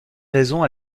raisons